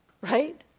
Right